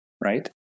right